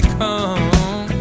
come